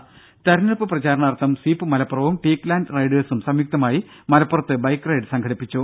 രും തിരഞ്ഞെടുപ്പ് പ്രചാരണാർത്ഥം സ്വീപ് മലപ്പുറവും ടീക് ലാൻഡ് റൈഡേഴ്സും സംയുക്തമായി മലപ്പുറത്ത് ബൈക്ക് റൈഡ് സംഘടിപ്പിച്ചു